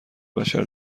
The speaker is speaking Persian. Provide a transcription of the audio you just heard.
بشر